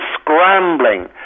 scrambling